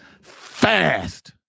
fast